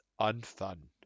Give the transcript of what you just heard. unfun